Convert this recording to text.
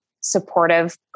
supportive